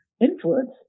influence